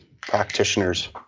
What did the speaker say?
practitioners